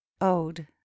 ode